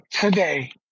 today